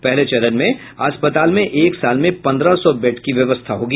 पहले चरण में अस्पताल में एक साल में पन्द्रह सौ बेड की व्यवस्था होगी